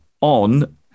on